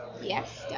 Yes